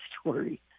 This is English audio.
story